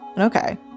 okay